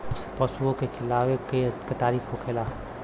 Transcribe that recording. पशुओं के खिलावे के का तरीका होखेला?